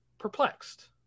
Perplexed